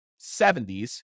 70s